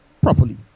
properly